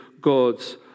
God's